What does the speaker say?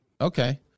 Okay